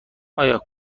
آیا